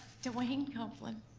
dwayne copeland.